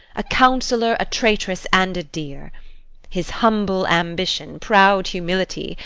a counsellor, a traitress, and a dear his humble ambition, proud humility,